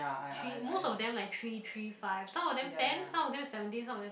three most of them like three three five some of them ten some of them seventeen some of them